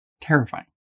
Terrifying